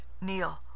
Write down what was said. Neil